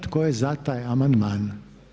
Tko je za taj amandman?